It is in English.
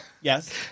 Yes